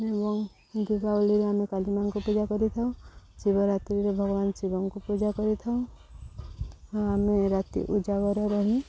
ଏବଂ ଦୀପାବଳିରେ ଆମେ କାଳୀ ମାଙ୍କୁ ପୂଜା କରିଥାଉ ଶିବରାତ୍ରିରେ ଭଗବାନ ଶିବଙ୍କୁ ପୂଜା କରିଥାଉ ଆମେ ରାତି ଉଜାଗର ରହି